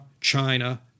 China